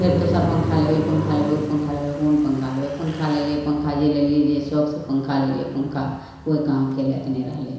फेर दोसर पन्खा लेबै ई पन्खा लेबै ओ पन्खा लेबै कोन पन्खा लेबै पन्खा लेलिए पन्खा जे लेलिए जे सौखसे पन्खा लेलिए पन्खा कोइ कामके लायक नहि रहलिए